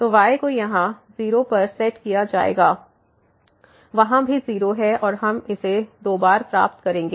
तो y को यहाँ 0 पर सेट किया जाएगा वहाँ भी 0 है और हम इसे 2 बार प्राप्त करेंगे